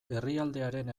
herrialdearen